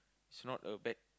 it's not a bad